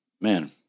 man